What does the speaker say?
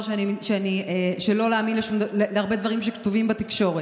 שלא להאמין להרבה דברים שכתובים בתקשורת.